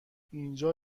اینجا